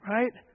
Right